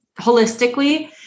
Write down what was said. holistically